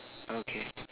okay